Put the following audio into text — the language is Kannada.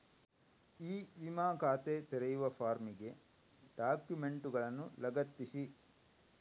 ಇ ವಿಮಾ ಖಾತೆ ತೆರೆಯುವ ಫಾರ್ಮಿಗೆ ಡಾಕ್ಯುಮೆಂಟುಗಳನ್ನು ಲಗತ್ತಿಸಿ